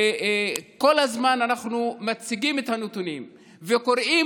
כל הזמן אנחנו מציגים את הנתונים וקוראים